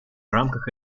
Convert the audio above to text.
рамках